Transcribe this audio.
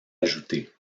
ajoutées